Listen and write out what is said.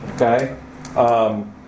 Okay